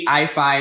i5